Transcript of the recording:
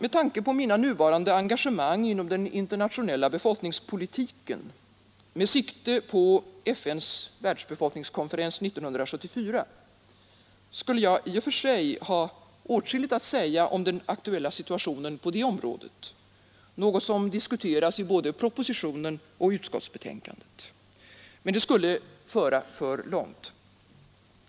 Med tanke på mina nuvarande engagemang inom den internationella befolkningspolitiken med sikte på FN:s världsbefolkningskonferens 1974 skulle jag i och för sig ha åtskilligt att säga om den aktuella situationen på detta område, något som diskuteras både i propositionen och i utskottsbetänkandet. Detta skulle emellertid kunna föra för långt.